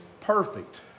perfect